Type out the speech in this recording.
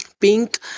pink